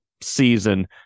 season